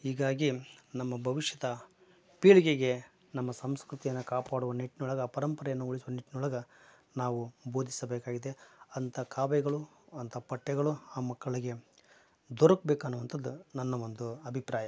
ಹೀಗಾಗಿ ನಮ್ಮ ಭವಿಷ್ಯದ ಪೀಳಿಗೆಗೆ ನಮ್ಮ ಸಂಸ್ಕೃತಿಯನ್ನ ಕಾಪಾಡುವ ನಿಟ್ನೊಳಗೆ ಪರಪರೆಯನ್ನ ಉಳಿಸುವ ನಿಟ್ನೊಳಗೆ ನಾವು ಬೋಧಿಸಬೇಕಾಗಿದೆ ಅಂಥಾ ಕಾವ್ಯಗಳು ಅಂಥಾ ಪಠ್ಯಗಳು ಆ ಮಕ್ಕಳಿಗೆ ದೊರಕ್ಬೇಕನ್ನುವಂಥದ್ದು ನನ್ನ ಒಂದು ಅಭಿಪ್ರಾಯ